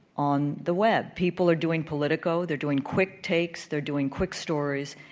on the web. people are doing politico, they're doing quick takes, they're doing quick stories.